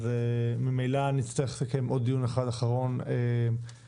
אז ממילא נצטרך לסכם עוד דיון אחד אחרון גם